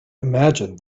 imagined